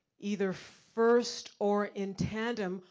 either first or in tandem,